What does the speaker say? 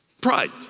Pride